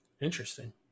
Interesting